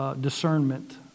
discernment